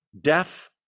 deaf